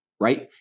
right